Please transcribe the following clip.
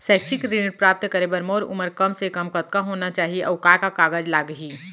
शैक्षिक ऋण प्राप्त करे बर मोर उमर कम से कम कतका होना चाहि, अऊ का का कागज लागही?